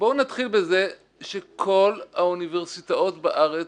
בואו נתחיל בזה שכל האוניברסיטאות בארץ,